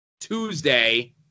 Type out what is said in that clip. Tuesday